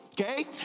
Okay